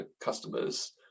customers